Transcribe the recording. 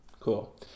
Cool